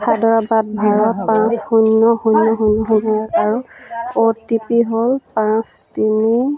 হায়দৰাবাদ ভাৰত পাঁচ শূন্য শূন্য শূন্য শূন্য এক আৰু অ' টি পি হ'ল পাঁচ তিনি